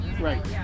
right